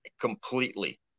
completely